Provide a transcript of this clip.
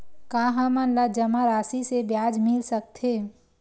का हमन ला जमा राशि से ब्याज मिल सकथे?